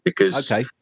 Okay